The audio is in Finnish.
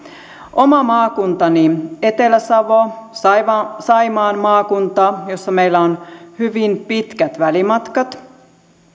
oma maakuntani etelä savo saimaan saimaan maakunta jossa meillä on hyvin pitkät välimatkat